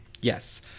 Yes